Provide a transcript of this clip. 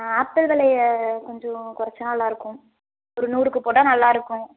ஆ apple வெலயை கொஞ்சம் குறச்சா நல்லாயிருக்கும் ஒரு நூறுக்கு போட்டால் நல்லாயிருக்கும்